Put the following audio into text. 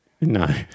No